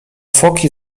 foki